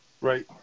Right